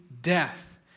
death